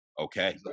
Okay